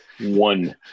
One